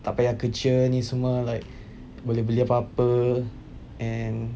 tak payah kerja ni semua like boleh beli apa-apa and